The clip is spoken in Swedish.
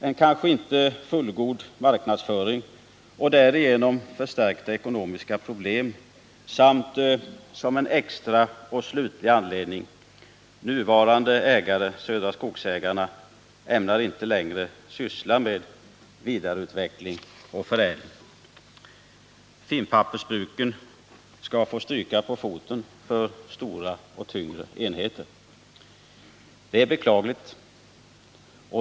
en kanske inte fullgod marknadsföring och därigenom förstärkta ekono miska problem samt som en extra och slutlig anledning: nuvarande ägare. Södra Skogsägarna, ämnar inte längre syssla med vidareutveckling och förädling. Finpappersbruken skall få stryka på foten för stora och tyngre enheter. Det är beklagligt.